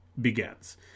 begins